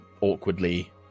awkwardly